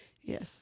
Yes